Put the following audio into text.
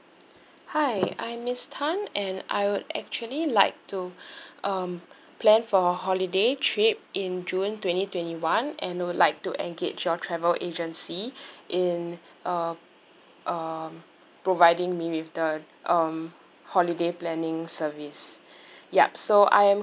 hi I'm miss tan and I would actually like to um plan for a holiday trip in june twenty twenty one and would like to engage your travel agency in uh um providing me with the um holiday planning service yup so I am